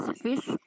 fish